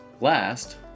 Last